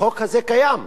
החוק הזה קיים?